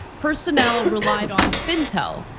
personnel relied on fintel,